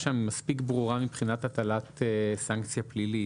שם מספיק ברורה מבחינת הטלת סנקציה פלילית.